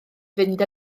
fynd